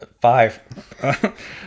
five